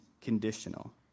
conditional